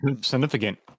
significant